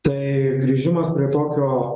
tai grįžimas prie tokio